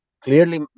clearly